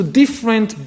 different